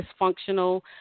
dysfunctional